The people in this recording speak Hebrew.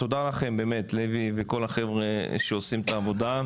תודה לכם באמת לוי, וכל החבר'ה שעושים את העבודה.